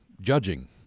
judging